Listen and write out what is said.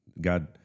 God